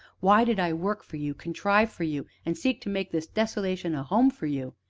why did i work for you contrive for you and seek to make this desolation a home for you?